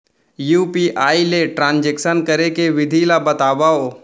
UPI ले transaction करे के विधि ला बतावव?